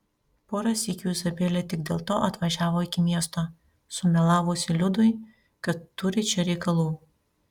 porą sykių izabelė tik dėl to atvažiavo iki miesto sumelavusi liudui kad turi čia reikalų